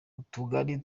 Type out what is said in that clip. utugari